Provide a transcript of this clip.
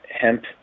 hemp